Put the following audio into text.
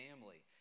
family